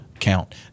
count